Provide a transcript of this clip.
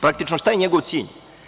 Praktično šta je njegov cilj?